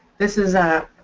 this is a.